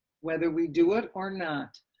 whether we do it or not,